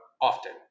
often